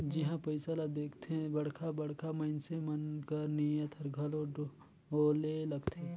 जिहां पइसा ल देखथे बड़खा बड़खा मइनसे मन कर नीयत हर घलो डोले लगथे